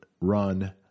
run